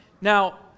Now